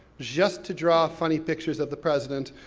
just to draw funny pictures of the president,